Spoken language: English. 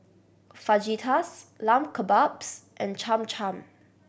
Fajitas Lamb Kebabs and Cham Cham